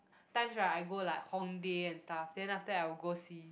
times right I go like Hongdae and stuff then after that I'll go see